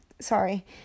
sorry